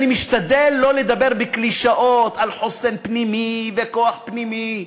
אני משתדל לא לדבר קלישאות על חוסן פנימי וכוח פנימי.